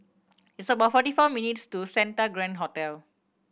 it's about forty four minutes' to Santa Grand Hotel